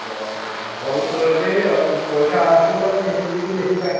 অঁ অঁ হ'ল এই পইচা আচল মানে ফেচিলিটিটো বেছি পায়